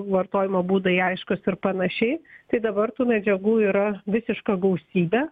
vartojimo būdai aiškūs ir panašiai tai dabar tų medžiagų yra visiška gausybė